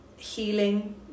healing